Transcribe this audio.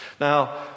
Now